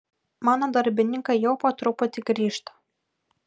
mano darbininkai jau po truputį grįžta